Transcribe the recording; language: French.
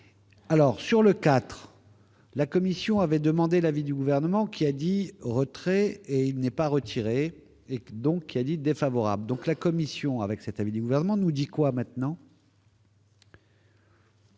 alors sur le 4, la Commission avait demandé l'avis du gouvernement qui a dit : retrait et n'est pas retiré et que donc il a dit défavorable, donc la commission avec cet avis du gouvernement, nous dit quoi maintenant.